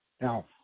Now